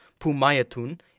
Pumayatun